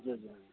ज्यू ज्यू